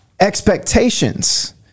expectations